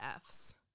Fs